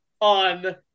on